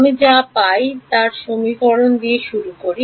আমি যা পাই তার সমীকরণ দিয়ে শুরু করি